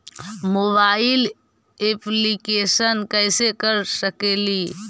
Mobile application कैसे कर सकेली?